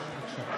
בבקשה.